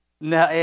No